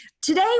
Today